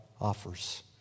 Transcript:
offers